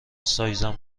سایزم